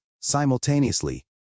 simultaneously